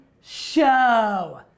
Show